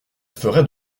ferait